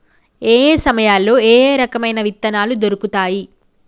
ఏయే సమయాల్లో ఏయే రకమైన విత్తనాలు దొరుకుతాయి?